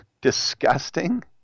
Disgusting